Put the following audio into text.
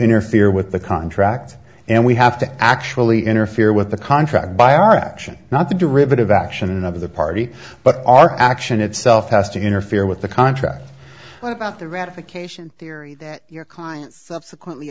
interfere with the contract and we have to actually interfere with the contract by our action not the derivative action of the party but our action itself has to interfere with the contract about the ratification theory your client subsequently